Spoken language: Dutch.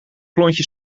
klontje